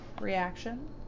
reaction